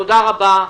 תודה רבה.